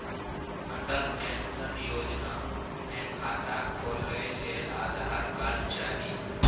Atal pension योजना मे खाता खोलय लेल आधार कार्ड चाही